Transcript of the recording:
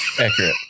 Accurate